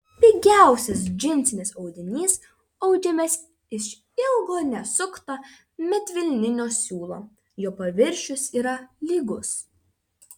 pigiausias džinsinis audinys audžiamas iš ilgo nesukto medvilninio siūlo jo paviršius yra lygus